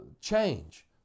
change